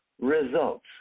results